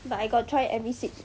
but I got try every seat